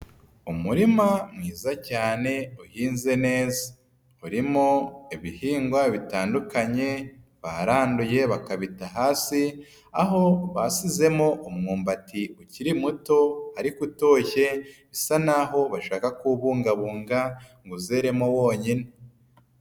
Umurima mwiza cyane uhinze neza. Urimo ibihingwa bitandukanye baranduye bakabita hasi, aho basizemo umwumbati ukiri muto ariko utoshye, bisa naho bashaka kuwubungabunga ngo uzeremo wonyine.